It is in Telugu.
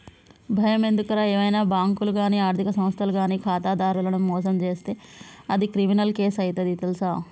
బయమెందుకురా ఏవైనా బాంకులు గానీ ఆర్థిక సంస్థలు గానీ ఖాతాదారులను మోసం జేస్తే అది క్రిమినల్ కేసు అయితది తెల్సా